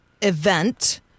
event